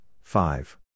five